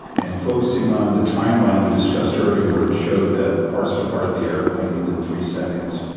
and focusing on the timeline we discussed earlier where it showed that the parts departed the airplane within three seconds,